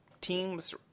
teams